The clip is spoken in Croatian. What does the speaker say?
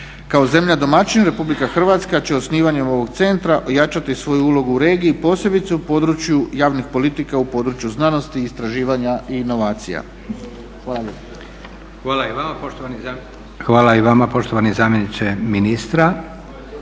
Kao zemlja domaćin RH će osnivanjem ovog centra ojačati svoju ulogu u regiji posebice u području javnih politika u području znanosti i istraživanja inovacija. Hvala lijepa. **Leko, Josip